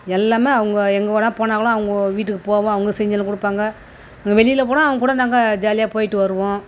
எல்லாமே அவங்க எங்கே கூட போனாலும் அவுங்க வீட்டுக்கு போவோம் அவங்க செஞ்சு எல்லாம் கொடுப்பாங்க வெளியில் போனால் அவங்க கூட நாங்கள் ஜாலியாக போயிட்டு வருவோம்